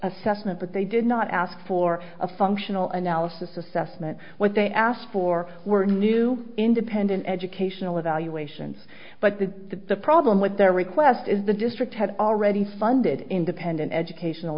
assessment but they did not ask for a functional analysis assessment what they asked for were new independent educational evaluations but the problem with their request is the district had already funded independent educational